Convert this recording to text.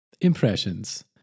Impressions